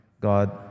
God